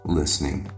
listening